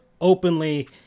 openly